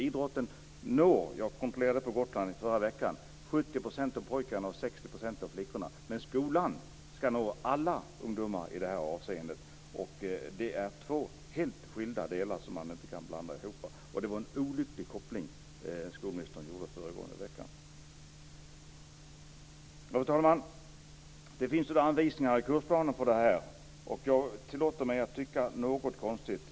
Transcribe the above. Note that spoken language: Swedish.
Idrotten når - jag kontrollerade det på Gotland i förra veckan - 70 % av pojkarna och 60 % av flickorna. Men skolan ska nå alla i det här avseendet. Det är två helt skilda saker som man inte kan blanda ihop. Det var en olycklig koppling som skolministern gjorde föregående vecka. Fru talman! Det finns anvisningar i kursplanen för detta. Jag tillåter mig att tycka något konstigt.